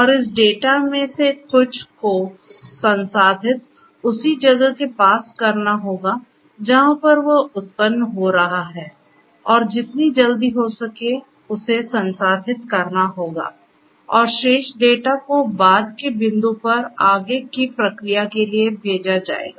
और इस डेटा में से कुछ को संसाधित उसी जगह के पास करना होगा जहां पर वह उत्पन्न हो रहा है और जितनी जल्दी हो सके उसे संसाधित करना होगा और शेष डेटा को बाद के बिंदु पर आगे की प्रक्रिया के लिए भेजा जाएगा